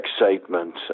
excitement